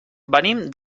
venim